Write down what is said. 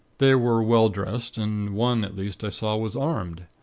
they were well dressed, and one, at least, i saw was armed.